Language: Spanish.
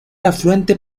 afluente